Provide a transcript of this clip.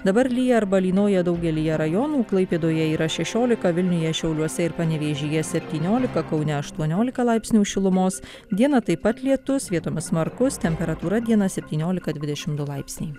dabar lyja arba lynoja daugelyje rajonų klaipėdoje yra šešiolika vilniuje šiauliuose ir panevėžyje septyniolika kaune aštuoniolika laipsnių šilumos dieną taip pat lietus vietomis smarkus temperatūra dieną septyniolika dvidešimt du laipsniai